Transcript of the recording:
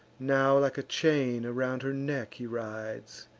now like a chain around her neck he rides,